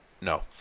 No